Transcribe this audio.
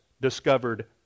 discovered